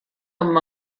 amb